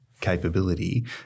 capability